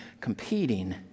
competing